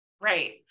right